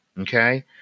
Okay